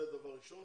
זה דבר ראשון.